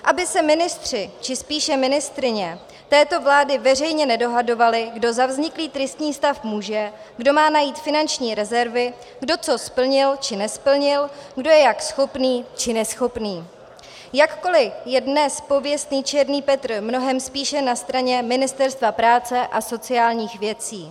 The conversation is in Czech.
Aby se ministři či spíše ministryně této vlády veřejně nedohadovali, kdo za vzniklý tristní stav může, kdo má najít finanční rezervy, kdo co splnil, co nesplnil, kdo je jak schopný či neschopný, jakkoliv je dnes pověstný černý Petr mnohem spíše na straně Ministerstva práce a sociálních věcí.